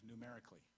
numerically